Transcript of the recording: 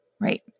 Right